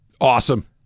Awesome